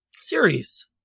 series